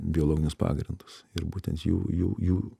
biologinius pagrindus ir būtent jų jų jų